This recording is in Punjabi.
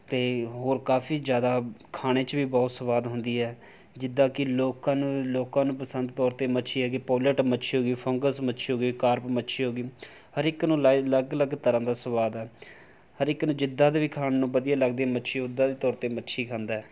ਅਤੇ ਹੋਰ ਕਾਫੀ ਜ਼ਿਆਦਾ ਖਾਣ 'ਚ ਵੀ ਬਹੁਤ ਸਵਾਦ ਹੁੰਦੀ ਹੈ ਜਿੱਦਾਂ ਕਿ ਲੋਕਾਂ ਨੂੰ ਲੋਕਾਂ ਨੂੰ ਪਸੰਦ ਤੋਰ 'ਤੇ ਮੱਛੀ ਹੈਗੀ ਹੈ ਪੋਲਟ ਮੱਛੀ ਹੋ ਗਈ ਫੁੰਗਸ ਮੱਛੀ ਹੋ ਗਈ ਕਾਰਪ ਮੱਛੀ ਹੋ ਗਈ ਹਰ ਇੱਕ ਨੂੰ ਲਾਏ ਅਲੱਗ ਅਲੱਗ ਤਰ੍ਹਾਂ ਦਾ ਸਵਾਦ ਆ ਹਰ ਇੱਕ ਨੂੰ ਜਿੱਦਾਂ ਦੀ ਵੀ ਖਾਣ ਨੂੰ ਵਧੀਆ ਲਗਦੀ ਆ ਮੱਛੀ ਓਦਾਂ ਦੇ ਤੋਰ 'ਤੇ ਮੱਛੀ ਖਾਂਦਾ ਹੈ